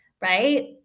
Right